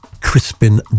Crispin